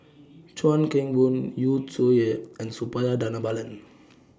Chuan Keng Boon Yu Zhuye and Suppiah Dhanabalan